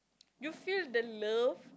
you feel the love